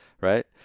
right